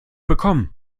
bekommen